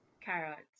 carrots